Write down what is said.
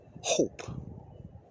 hope